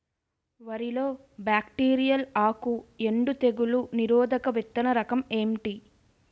వరి లో బ్యాక్టీరియల్ ఆకు ఎండు తెగులు నిరోధక విత్తన రకం ఏంటి?